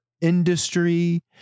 industry